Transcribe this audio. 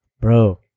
Bro